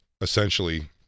essentially